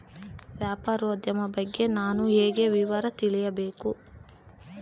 ವ್ಯಾಪಾರೋದ್ಯಮ ಬಗ್ಗೆ ನಾನು ಹೇಗೆ ವಿವರ ತಿಳಿಯಬೇಕು?